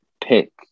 pick